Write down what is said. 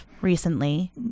recently